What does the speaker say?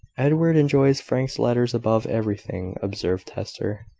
edward enjoys frank's letters above everything, observed hester.